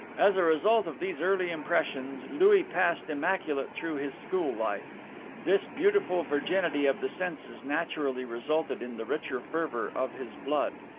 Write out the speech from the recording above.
as a result of these early impressions, louis passed immaculate through his school life this beautiful virginity of the senses naturally resulted in the richer fervor of his blood,